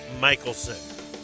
Michelson